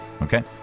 Okay